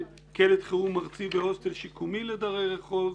קלט חירום ארצי והוסטל שיקומי לדרי רחוב,